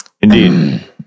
Indeed